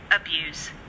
abuse